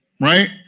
right